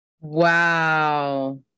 Wow